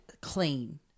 clean